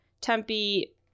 Tempe